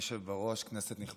כנסת נכבדה,